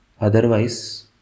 Otherwise